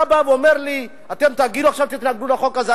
אתה בא ואומר לי: אתם תתנגדו עכשיו לחוק הזה.